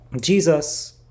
Jesus